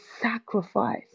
sacrifice